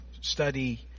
study